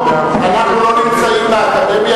אנחנו לא נמצאים באקדמיה,